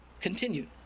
Continued